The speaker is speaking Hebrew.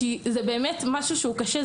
זה משהו קשה,